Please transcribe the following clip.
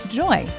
joy